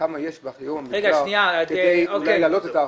יש כדי אולי להעלות את האחוז.